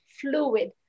fluid